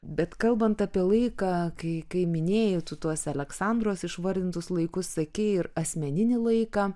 bet kalbant apie laiką kai kai minėjai tu tuos aleksandros išvardintus laikus sakei ir asmeninį laiką